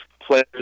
players